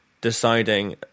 deciding